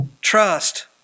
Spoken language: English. Trust